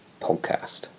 podcast